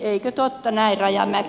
eikö totta näin rajamäki